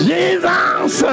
Jesus